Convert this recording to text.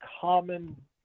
common